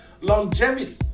longevity